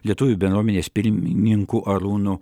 lietuvių bendruomenės pirmininku arūnu